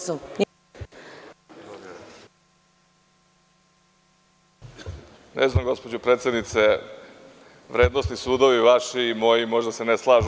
Ne znam, gospođo predsednice, vrednosni sudovi vaši i moji možda se ne slažu.